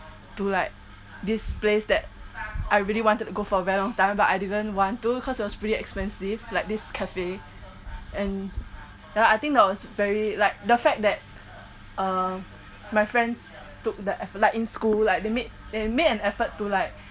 to like this place that I really wanted to go for very long time but I didn't want to cause it was pretty expensive like this cafe and ya lah I think that was very like the fact that uh my friends took the eff~ like in school like they made they made an effort to like